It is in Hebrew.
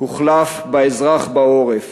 הוחלף באזרח בעורף,